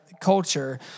culture